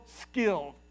skilled